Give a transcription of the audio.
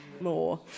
more